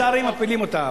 לצערי מפילים אותה,